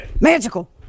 Magical